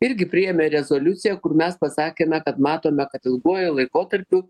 irgi priėmė rezoliuciją kur mes pasakėme kad matome kad ilguoju laikotarpiu